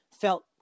felt